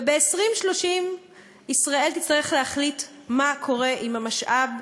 וב-2030 ישראל תצטרך להחליט מה קורה עם המשאב,